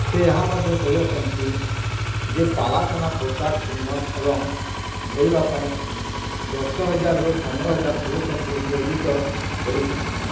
ସେ ଏହା ମଧ୍ୟ କହିଛନ୍ତି ଯେ ପାଲା ସେନା ପୋଷାକ ଇନ୍ଧନ ଏବଂ ଧୋଇବା ପାଇଁ ଦଶହଜାରରୁ ପନ୍ଦରହଜାର ପୁରୁଷଙ୍କୁ ନିୟୋଜିତ କରିଥିଲା